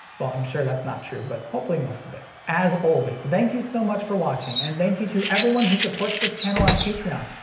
well, i'm sure that's not true, but hopefully most of it. as always, thank you so much for watching. and thank you to everyone who supports this channel on patreon,